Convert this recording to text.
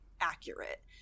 accurate